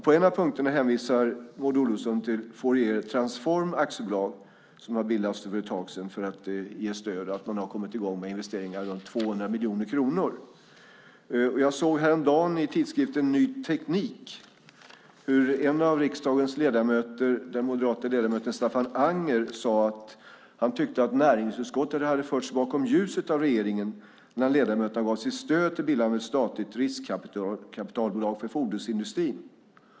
På en av punkterna hänvisar Maud Olofsson till Fouriertransform AB som har bildats för ett tag sedan för att ge stöd och att man har kommit i gång med investeringar på runt 200 miljoner kronor. Jag såg häromdagen i tidskriften Ny Teknik hur en av riksdagens ledamöter, den moderate ledamoten Staffan Anger, sade att han tyckte att näringsutskottet hade förts bakom ljuset av regeringen när ledamöterna gav sitt stöd till bildandet av ett statligt riskkapitalbolag för fordonsindustrin.